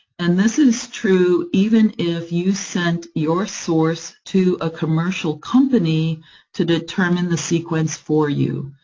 and this is true even if you sent your source to a commercial company to determine the sequence for you.